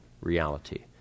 reality